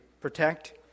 protect